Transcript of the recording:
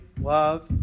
love